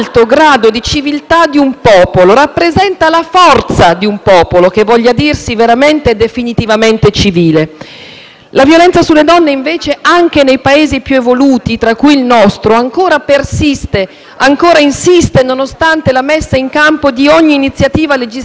La violenza sulle donne invece, anche nei Paesi più evoluti tra cui il nostro, ancora persiste, insiste e nonostante la messa in campo di ogni iniziativa legislativa possibile, aumenta.